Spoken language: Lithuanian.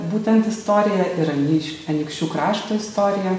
būtent istorija ir anykš anykščių krašto istorija